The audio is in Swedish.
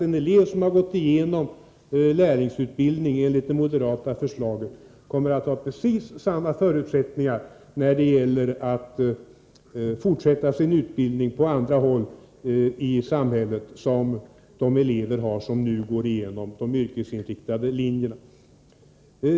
En elev som har gått igenom lärlingsutbildning enligt det moderata förslaget, kommer alltså att ha precis samma förutsättningar att fortsätta sin utbildning på andra håll i samhället som de elever har som nu genomgår de yrkesinriktade linjerna.